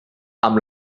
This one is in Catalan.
amb